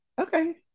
Okay